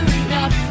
enough